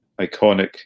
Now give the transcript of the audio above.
iconic